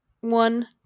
one